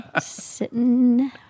Sitting